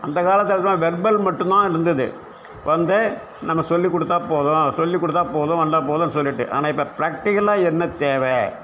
அந்த காலத்தில் தான் வெர்பல் மட்டுந்தான் இருந்தது அப்போ வந்து நம்ம சொல்லிக்கொடுத்தா போதும் சொல்லிக்கொடுத்தா போதும் வந்தா போதுன்னு சொல்லிகிட்டு ஆனால் இப்போ ப்ராக்ட்டிகலா என்ன தேவை